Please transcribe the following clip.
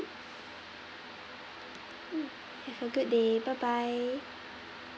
mm have a good day bye bye